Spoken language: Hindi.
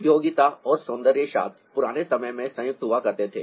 उपयोगिता और सौंदर्यशास्त्र पुराने समय में संयुक्त हुआ करते थे